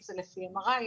אם זה לפי MRI,